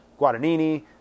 Guadagnini